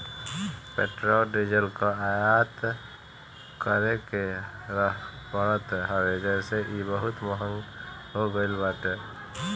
petrol diesel कअ आयात करे के पड़त हवे जेसे इ बहुते महंग हो गईल बाटे